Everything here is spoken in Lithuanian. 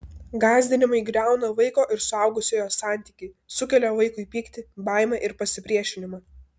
gąsdinimai griauna vaiko ir suaugusiojo santykį sukelia vaikui pyktį baimę ir pasipriešinimą